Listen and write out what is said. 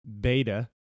beta